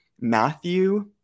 Matthew